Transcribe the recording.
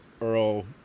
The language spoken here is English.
Earl